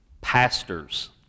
pastors